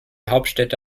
hauptstädte